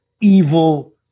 evil